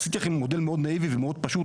עשיתי להם מודל מאוד נאיבי ומאוד פשוט,